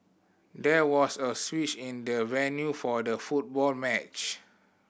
there was a switch in the venue for the football match